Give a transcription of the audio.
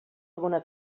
alguna